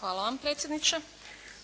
Hvala vam predsjedniče.